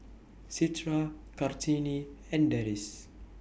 Citra Kartini and Deris